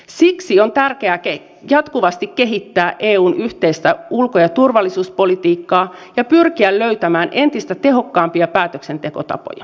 siksi on tärkeää jatkuvasti kehittää eun yhteistä ulko ja turvallisuuspolitiikkaa ja pyrkiä löytämään entistä tehokkaampia päätöksentekotapoja